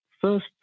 first